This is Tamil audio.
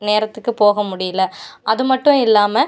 நேரத்துக்கு போக முடியல அது மட்டும் இல்லாமல்